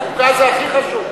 חוקה זה הכי חשוב.